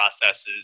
processes